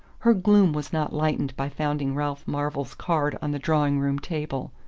her gloom was not lightened by finding ralph marvell's card on the drawing-room table.